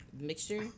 mixture